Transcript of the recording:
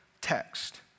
text